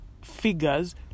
figures